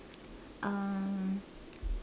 um